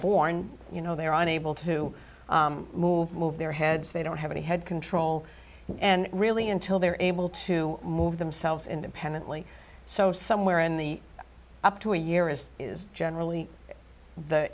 born you know there are unable to move move their heads they don't have any head control and really until they're able to move themselves independently so somewhere in the up to a year as is generally the